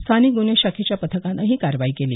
स्थानिक गुन्हे शाखेच्या पथकानं ही कारवाई केली